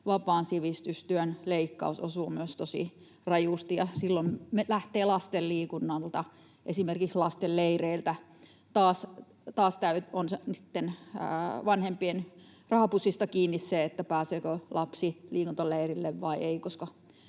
vapaan sivistystyön leikkaus osuu myös tosi rajusti, ja silloin ne lähtevät lasten liikunnalta, esimerkiksi lastenleireiltä. Taas on vanhempien rahapussista kiinni se, pääseekö lapsi liikuntaleirille vai ei,